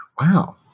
wow